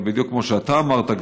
אבל בדיוק כמו שאתה אמרת,